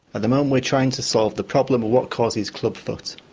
at the moment, we're trying to solve the problem of what causes clubfoot.